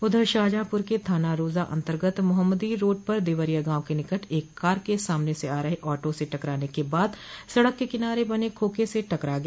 उधर शाहजहांपुर के थाना रोजा अन्तर्गत मोहम्मदी रोड पर देवरिया गांव के निकट एक कार सामने से आ रहे ऑटो से टकराने के बाद सड़क के किनारे बने खोखे से टकरा गया